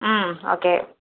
ம் ஓகே